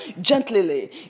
gently